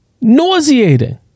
Nauseating